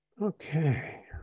Okay